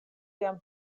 jam